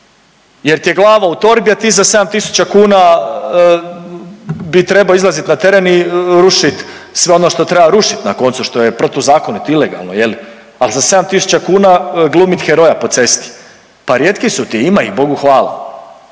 jer ti je glava u torbi, a ti za 7 tisuća kuna bi trebao izlazit na teren i rušit sve ono što treba rušit na koncu što je protuzakonito, ilegalno je li, al za 7 tisuća kuna glumit heroja po cesti, pa rijetki su ti, ima ih Bogu hvala